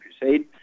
Crusade